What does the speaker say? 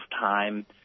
time